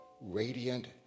radiant